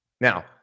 Now